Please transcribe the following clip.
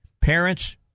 Parents